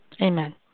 Amen